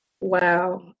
Wow